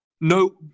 No